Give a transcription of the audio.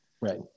Right